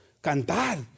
cantar